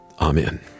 Amen